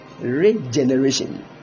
Regeneration